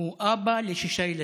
הוא אבא לשישה ילדים.